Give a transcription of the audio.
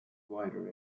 wider